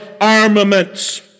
armaments